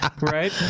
Right